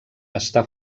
està